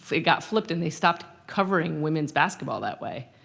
it got flipped and they stopped covering women's basketball that way.